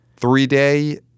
Three-day